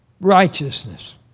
righteousness